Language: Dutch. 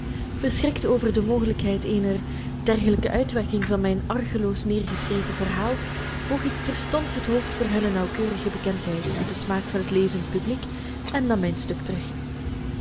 verschrikt over de mogelijkheid eener dergelijke uitwerking van mijn argeloos neergeschreven verhaal boog ik terstond het hoofd voor hunne nauwkeurigere bekendheid met den smaak van het lezend publiek en nam mijn stuk terug